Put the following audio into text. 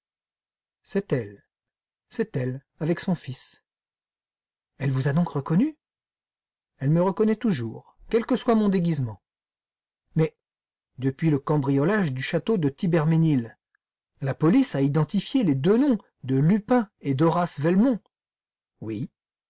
c'est elle fit-il c'est elle avec son fils elle vous a donc reconnu elle me reconnaît toujours quel que soit mon déguisement mais depuis le cambriolage du château de thibermesnil la police a identifié les deux noms de lupin et d'horace velmont oui